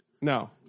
No